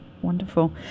Wonderful